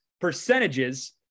percentages